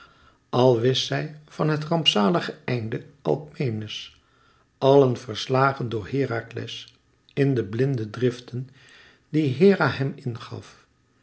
al wist zij van het rampzalige einde alkmene's allen verslagen door herakles in de blinde driften die hera hem in gaf